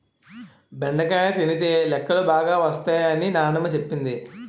బెండకాయ తినితే లెక్కలు బాగా వత్తై అని నానమ్మ సెప్పింది